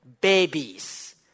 Babies